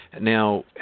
Now